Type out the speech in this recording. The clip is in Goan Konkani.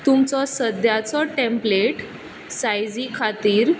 तुमचो सद्याचो टेमप्लेट सायझी खातीर